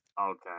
okay